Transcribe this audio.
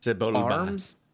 arms